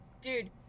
Dude